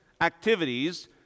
activities